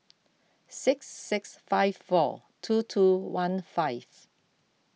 six six five four two two one five